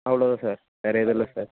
அவ்வளோ தான் சார் வேறு எதுவும் இல்லை சார்